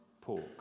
pork